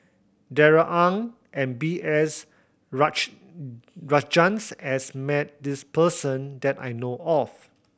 Darrell Ang and B S Rajhans has met this person that I know of